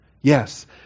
Yes